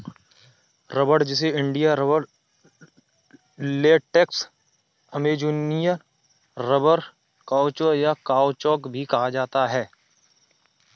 रबड़, जिसे India rubber, latex, Amazonian rubber, caucho, या काउचौक भी कहा जाता है